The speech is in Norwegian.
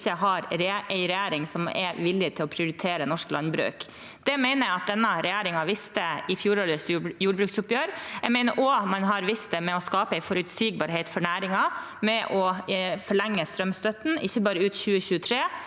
ikke har en regjering som er villig til å prioritere norsk landbruk. Det mener jeg denne regjeringen viste i fjorårets jordbruksoppgjør at den var. Jeg mener også man har vist det ved å skape en forutsigbarhet for næringen ved å forlenge strømstøtten ikke bare ut 2023,